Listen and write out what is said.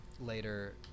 later